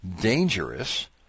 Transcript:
dangerous